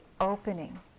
opening